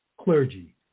clergy